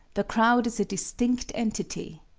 the crowd is a distinct entity.